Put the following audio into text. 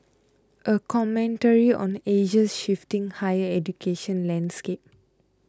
a commentary on Asia's shifting higher education landscape